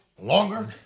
longer